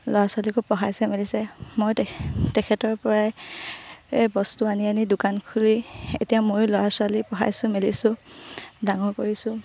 ল'ৰা ছোৱালীকো পঢ়াইছে মেলিছে মই তে তেখেতৰ পৰাই বস্তু আনি আনি দোকান খুলি এতিয়া ময়ো ল'ৰা ছোৱালী পঢ়াইছোঁ মেলিছোঁ ডাঙৰ কৰিছোঁ